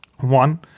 One